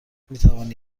میتوانی